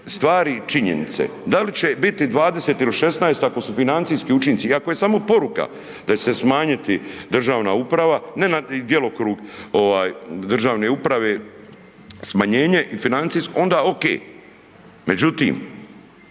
stvari i činjenice. Da li će ih biti 20 ili 16 ako su financijski učinci i ako je samo poruka da će se smanjiti državna uprava, ne na djelokrug ovaj državne uprave smanjenje financijsko onda ok, međutim